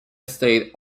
state